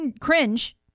cringe